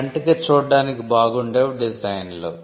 కంటికి చూడడానికి బాగుండేవి డిజైన్లు